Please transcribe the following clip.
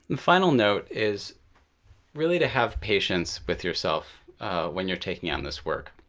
and final note is really to have patience with yourself when you're taking on this work.